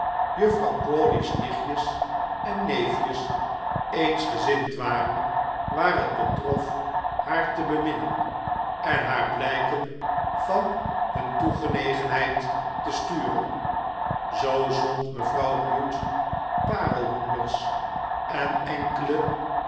juffrouw crawley's nichtjes en neefjes eensgezind waren waar het betrof haar te beminnen en haar blijken van hun toegenegenheid te sturen zoo zond mevrouw bute paarlhoenders en enkele